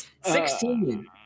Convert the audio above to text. Sixteen